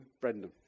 Brendan